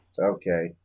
Okay